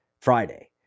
Friday